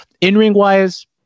in-ring-wise